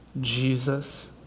Jesus